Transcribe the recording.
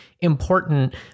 important